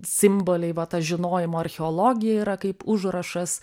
simboliai va ta žinojimo archeologija yra kaip užrašas